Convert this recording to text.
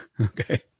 Okay